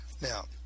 Now